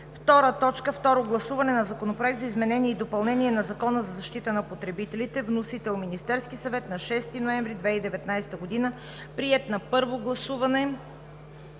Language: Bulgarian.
Второ гласуване на Законопроекта за изменение и допълнение на Закона за защита на потребителите. Внесен е от Министерския съвет на 6 ноември 2019 г. Приет е на първо гласуване